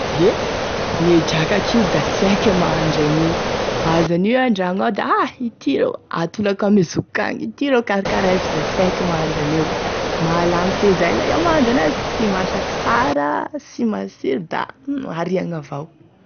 Gne drakaky io da sy haiko e mahandro anao, mahazo an'io iay an-dragno ao da ity ro, atolako ame zokiko agny, ty ro karakary fa da sy aiko e mahandro an'io, malagny feizay la iaho e mahandro an'azy, sy masaky sara, sy masiro da ariagny avao.